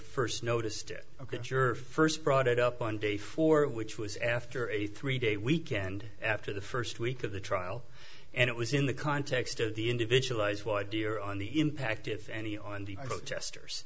first noticed it ok your first brought it up on day four which was after a three day weekend after the first week of the trial and it was in the context of the individualized why do your on the impact if any on the protesters